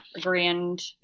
Grand